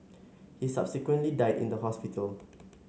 he subsequently died in the hospital